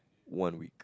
one week